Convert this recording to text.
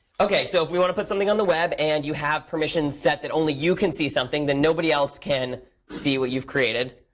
ok. so if we want to put something on the web and you have permissions set that only you can see something, then nobody else can see what you've created.